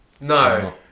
No